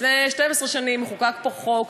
לפני 12 שנים חוקק פה חוק,